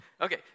Okay